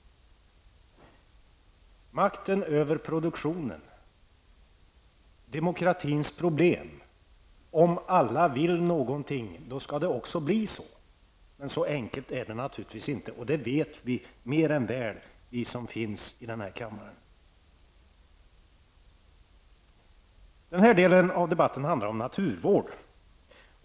Makten över produktionen, demokratins problem -- om alla vill något, då skall det också bli så. Men så enkelt är det naturligtvis inte, och det vet vi mer än väl, vi som sitter här i kammaren. Den här delen av debatten handlar om naturvård.